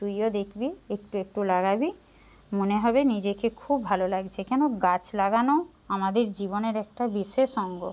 তুইও দেখবি একটু একটু লাগাবি মনে হবে নিজেকে খুব ভালো লাগছে কেন গাছ লাগানো আমাদের জীবনের একটা বিশেষ অঙ্গ